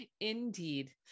indeed